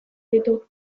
ditu